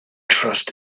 trust